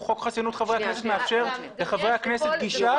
חוק חסינות חברי הכנסת מאפשר לחברי הכנסת גישה --- רק שנייה,